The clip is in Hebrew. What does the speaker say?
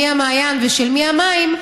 מי המעיין ושל מי המים,